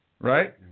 Right